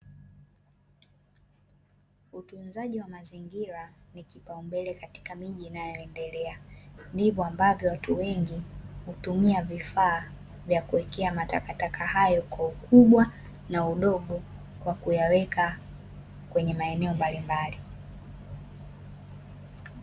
Utunzaji wa mazingira ni kipaumbele katika miji inayoendelea, ndivyo ndivyo ambavyo watu wengi hutumia vifaa kuwekea matakataka hayo kwa ukubwa na udogo kwa kuyaweka kwenye maeneo mbalimbali.